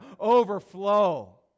overflow